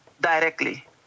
directly